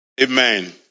Amen